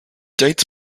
dates